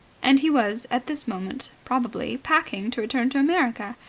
and he was at this moment, probably, packing to return to america,